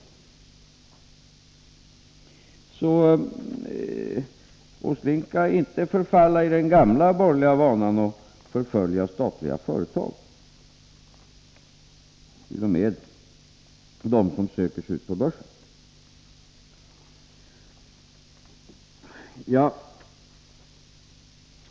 Åsling skall därför inte falla tillbaka i den gamla borgerliga vanan att förfölja statliga företag, t.o.m. sådana som söker sig ut på börsen.